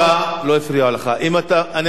אני קורא לך פעם ראשונה.